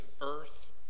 earth